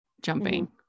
jumping